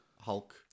Hulk